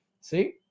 See